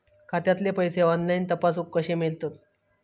खात्यातले पैसे ऑनलाइन तपासुक कशे मेलतत?